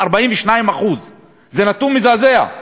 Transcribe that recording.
42%. זה נתון מזעזע.